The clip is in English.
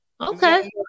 okay